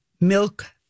milk